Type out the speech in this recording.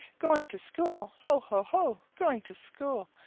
going to school! ho, ho, ho! going to school!